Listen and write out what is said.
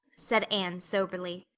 said anne soberly.